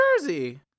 Jersey